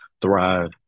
thrive